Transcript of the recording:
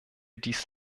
dies